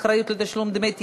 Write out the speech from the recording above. אחריות לתשלום דמי תיווך),